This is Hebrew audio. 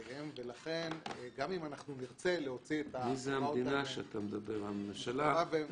אם הבנק מיוזמתו זיהה את הפעילות החריגה -- הוא לא זיהה.